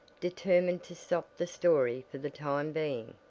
determined to stop the story for the time being.